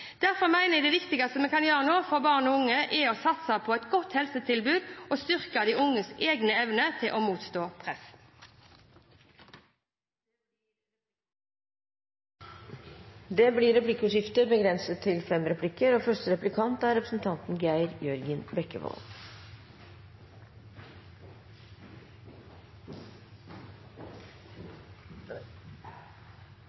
Derfor mener jeg det viktigste vi nå kan gjøre for barn og unge, er å satse på et godt helsetilbud og å styrke de unges egen evne til å motstå press. Det blir replikkordskifte. I mitt innlegg viste jeg til likestillingsmeldingen og at det i likestillingsmeldingen er